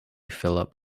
philip